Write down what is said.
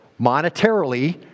monetarily